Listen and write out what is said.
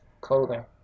clothing